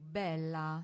bella